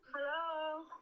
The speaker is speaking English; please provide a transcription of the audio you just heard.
Hello